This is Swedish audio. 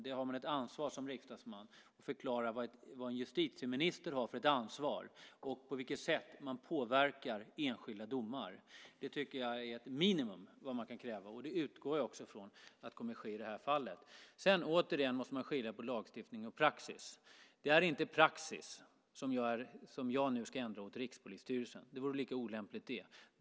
Man har ett ansvar som riksdagsman att förklara vad en justitieminister har för ansvar och på vilket sätt man påverkar enskilda domar. Det tycker jag är ett minimum av vad man kan kräva. Det utgår jag från också kommer att ske i det här fallet. Återigen, man måste skilja på lagstiftning och praxis. Det är inte praxis som jag nu ska ändra åt Rikspolisstyrelsen. Det vore lika olämpligt det.